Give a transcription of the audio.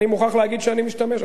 אני מוכרח להגיד שאני משתמש,